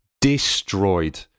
destroyed